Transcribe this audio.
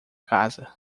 casa